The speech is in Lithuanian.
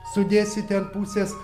sudėsi ten pusės